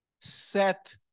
set